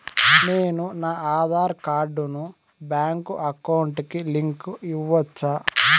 నేను నా ఆధార్ కార్డును బ్యాంకు అకౌంట్ కి లింకు ఇవ్వొచ్చా?